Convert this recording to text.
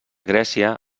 grècia